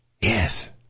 Yes